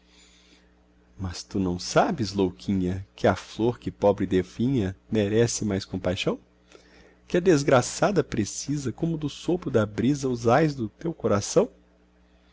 mas tu não sabes louquinha que a flor que pobre definha merece mais compaixão que a desgraçada precisa como do sopro da brisa os ais do teu coração